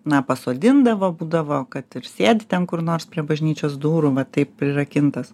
na pasodindavo būdavo kad ir sėdi ten kur nors prie bažnyčios durų va taip prirakintas